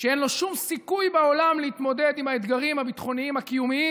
שאין לו שום סיכוי בעולם להתמודד עם האתגרים הביטחוניים הקיומיים